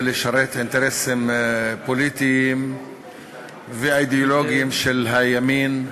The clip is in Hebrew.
לשרת אינטרסים פוליטיים ואידיאולוגיים של הימין.